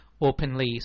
openly